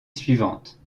suivante